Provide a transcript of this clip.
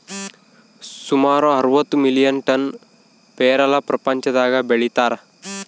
ಸುಮಾರು ಅರವತ್ತು million ton ಪೇರಲ ಪ್ರಪಂಚದಾಗ ಬೆಳೀತಾರ